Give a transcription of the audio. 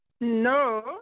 No